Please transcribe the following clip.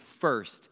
first